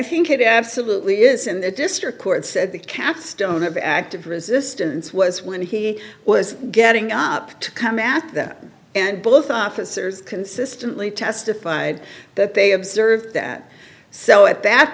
think it absolutely is in the district court said the capstone of active resistance was when he was getting up to come at that and both officers consistently testified that they observed that so at that